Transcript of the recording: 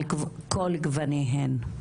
על כל גווניהן.